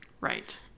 right